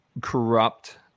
corrupt